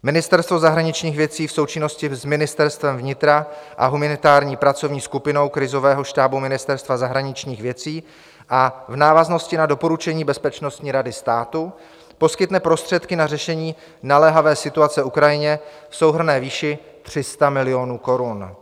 Ministerstvo zahraničních věcí v součinnosti s Ministerstvem vnitra a humanitární pracovní skupinou krizového štábu Ministerstva zahraničních věcí a v návaznosti na doporučení Bezpečnostní rady státu poskytne prostředky na řešení naléhavé situace Ukrajině v souhrnné výši 300 milionů korun.